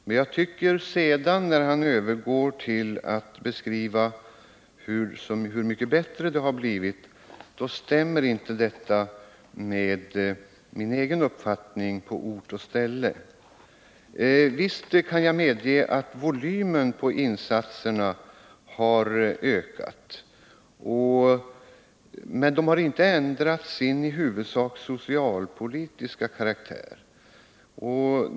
Men när han sedan övergår till att beskriva hur mycket bättre det har blivit tycker jag inte att det stämmer med min egen erfarenhet på ort och ställe. Visst kan jag medge att volymen på insatserna har ökat, men insatserna har inte ändrat sin i huvudsak socialpolitiska karaktär.